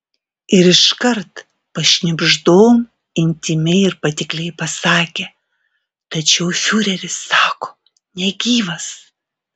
ir iškart pašnibždom intymiai ir patikliai pasakė tačiau fiureris sako negyvas